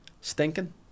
Stinking